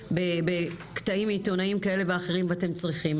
בקטעים מעיתונאים כאלה ואחרים ואתם צריכים,